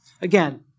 Again